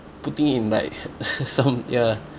putting it in like some ya